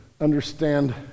understand